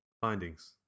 findings